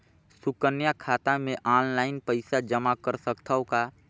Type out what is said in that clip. सुकन्या खाता मे ऑनलाइन पईसा जमा कर सकथव का?